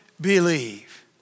believe